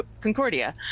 Concordia